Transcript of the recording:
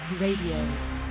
RADIO